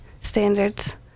standards